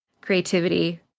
creativity